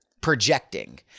projecting